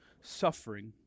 suffering